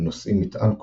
הם נושאים מטען כלשהו,